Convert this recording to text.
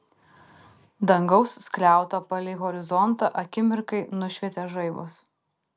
dangaus skliautą palei horizontą akimirkai nušvietė žaibas